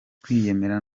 kwiyemera